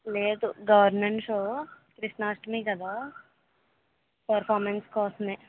లేదు government show Krishnashtami కదా performance కోసమే